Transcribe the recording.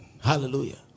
Hallelujah